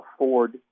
afford